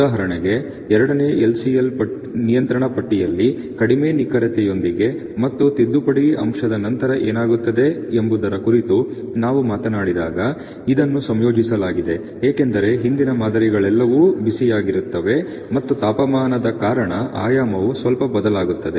ಉದಾಹರಣೆಗೆ 2 ನೇ ನಿಯಂತ್ರಣ ಪಟ್ಟಿಯಲ್ಲಿ ಕಡಿಮೆ ನಿಖರತೆಯೊಂದಿಗೆ ಮತ್ತು ತಿದ್ದುಪಡಿ ಅಂಶದ ನಂತರ ಏನಾಗುತ್ತದೆ ಎಂಬುದರ ಕುರಿತು ನಾವು ಮಾತನಾಡಿದಾಗ ಇದನ್ನು ಸಂಯೋಜಿಸಲಾಗಿದೆ ಏಕೆಂದರೆ ಹಿಂದಿನ ಮಾದರಿಗಳೆಲ್ಲವೂ ಬಿಸಿಯಾಗಿರುತ್ತವೆ ಮತ್ತು ತಾಪಮಾನದ ಕಾರಣ ಆಯಾಮವು ಸ್ವಲ್ಪ ಬದಲಾಗುತ್ತದೆ